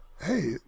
hey